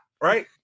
right